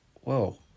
whoa